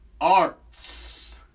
arts